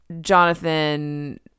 Jonathan